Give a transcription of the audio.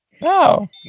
No